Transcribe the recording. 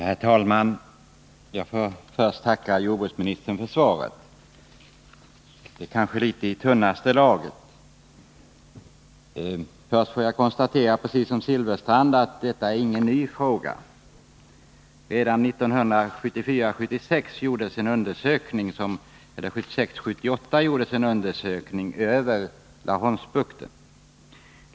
Herr talman! Jag får först tacka jordbruksministern för svaret, men det är kanske i tunnaste laget. Först vill jag konstatera — precis som Bengt Silfverstrand — att det här inte är någon ny fråga. Redan 1976-1978 gjordes det en undersökning av Laholmsbukten.